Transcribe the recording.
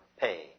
pay